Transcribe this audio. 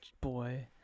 Boy